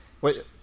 Wait